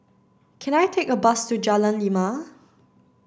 can I take a bus to Jalan Lima